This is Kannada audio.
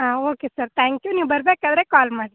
ಹಾಂ ಓಕೆ ಸರ್ ತ್ಯಾಂಕ್ ಯು ನೀವು ಬರಬೇಕಾದ್ರೆ ಕಾಲ್ ಮಾಡಿ